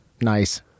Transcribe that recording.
nice